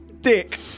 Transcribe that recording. Dick